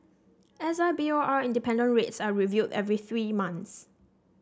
S I B O R independent rates are reviewed every three months